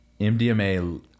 MDMA